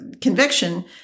conviction